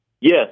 Yes